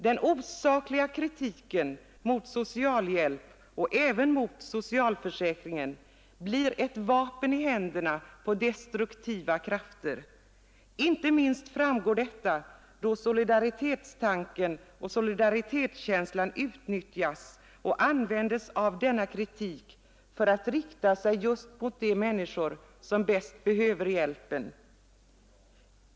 Den osakliga kritiken mot socialhjälp och även mot socialförsäkringen blir ett vapen i händerna på destruktiva krafter. Inte minst framgår detta då solidaritetstanken och solidaritetskänslan utnyttjas av denna kritik som riktar sig just mot de människor vilka bäst behöver hjälpen.